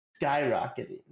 skyrocketing